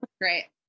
Great